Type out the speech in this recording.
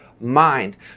mind